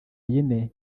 yine